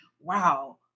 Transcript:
Wow